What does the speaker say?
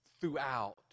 throughout